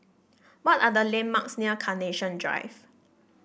what are the landmarks near Carnation Drive